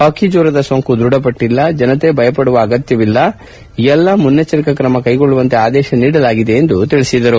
ಹಕ್ಕಿಜ್ವರದ ಸೋಂಕು ದೃಢಪಟ್ಟಲ್ಲ ಜನತೆ ಭಯಪಡುವಂತ ಅಗತ್ತವಿಲ್ಲ ಎಲ್ಲಾ ಮುನ್ನೆಚ್ದರಿಕಾ ಕ್ರಮ ಕೈಗೊಳ್ಳುವಂತೆ ಆದೇಶಿಸಲಾಗಿದೆ ಎಂದು ತಿಳಿಸಿದರು